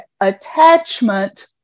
attachment